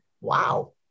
wow